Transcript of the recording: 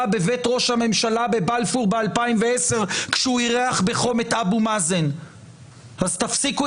בבית ראש הממשלה בבלפור ב-2010 כשאירח בחום את אבו מאזן אז תפסיקו